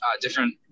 different